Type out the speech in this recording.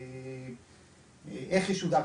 איך ישודר,